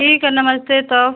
ठीक है नमस्ते तो